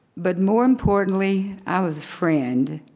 but more importantly i was a friend,